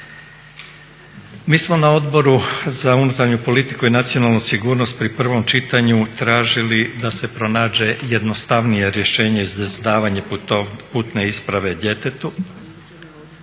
Mi smo na Odboru za unutarnju politiku i nacionalnu sigurnost pri prvom čitanju tražili da se pronađe jednostavnije rješenje za izdavanje putne isprave djetetu